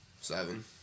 Seven